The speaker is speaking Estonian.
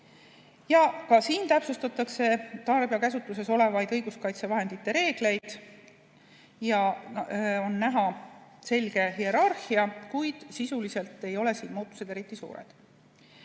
Ka siin täpsustatakse tarbija käsutuses olevaid õiguskaitsevahendite reegleid ja on näha selge hierarhia, kuid sisuliselt ei ole muudatused eriti suured.